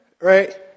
Right